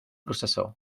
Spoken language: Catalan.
processó